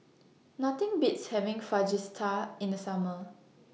Nothing Beats having Fajitas in The Summer